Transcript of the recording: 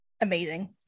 amazing